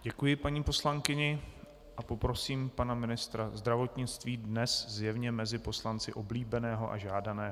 Děkuji paní poslankyni a poprosím pana ministra zdravotnictví, dnes zjevně mezi poslanci oblíbeného a žádaného.